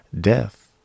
death